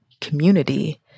community